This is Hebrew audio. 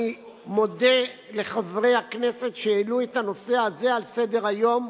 אני מודה לחברי הכנסת שהעלו את הנושא הזה על סדר-היום.